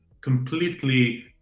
completely